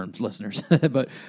listeners—but